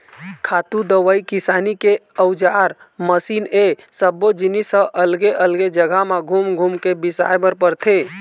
खातू, दवई, किसानी के अउजार, मसीन ए सब्बो जिनिस ह अलगे अलगे जघा म घूम घूम के बिसाए बर परथे